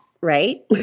right